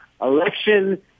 election